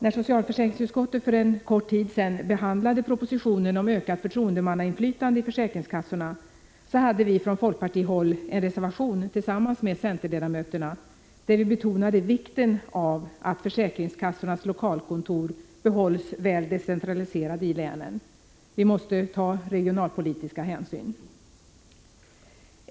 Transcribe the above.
När socialförsäkringsutskottet för en kort tid sedan behandlade propositionen om ökat förtroendemannainflytande i försäkringskassorna hade vi från folkpartihåll en reservation tillsammans med centerledamöterna, där vi betonade vikten av att försäkringskassornas lokalkontor behålls väl decentraliserade i länen. Vi måste ta regionalpolitiska hänsyn.